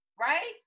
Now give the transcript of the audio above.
right